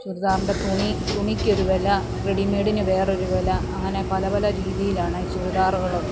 ചുരിദാറിൻ്റെ തുണി തുണിക്കൊരു വില റെഡിമെയ്ഡിന് വേറൊരു വില അങ്ങനെ പല പല രീതിയിലാണ് ചുരിദാറുകള്